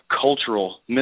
cultural